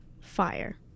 fire